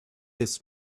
this